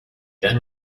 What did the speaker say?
then